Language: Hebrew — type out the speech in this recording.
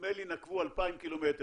נדמה לי שנקבו ב-2,000 קילומטר,